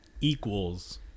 equals